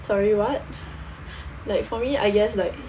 sorry what like for me I guess like